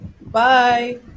bye